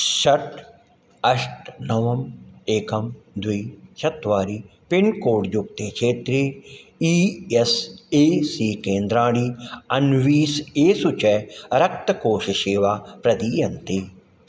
षट् अष्ट नव एकं द्वि चत्वारि पिन्कोड् युक्ते क्षेत्रे ई एस् ए सी केन्द्राणि अन्विष्य येषु च रक्तकोषसेवा प्रदीयन्ते